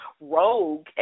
rogue